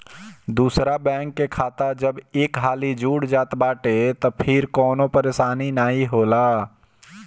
दूसरा बैंक के खाता जब एक हाली जुड़ जात बाटे तअ फिर कवनो परेशानी नाइ होला